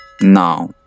Now